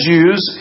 Jews